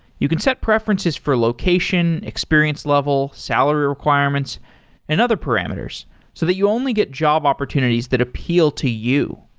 you can set preferences for location, experience level, salary requirements and other parameters so that you only get job opportunities that appeal to you.